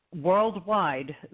worldwide